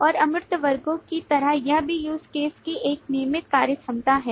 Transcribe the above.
और अमूर्त वर्गों की तरह यह भी Use Case की एक नियमित कार्यक्षमता है